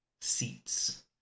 seats